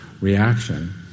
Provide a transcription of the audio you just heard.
reaction